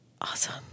Awesome